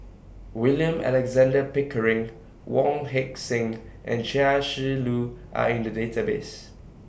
William Alexander Pickering Wong Heck Sing and Chia Shi Lu Are in The Database